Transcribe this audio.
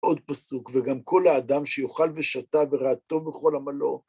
עוד פסוק, וגם כל האדם שיאכל ושתה וראה טוב בכל עמלו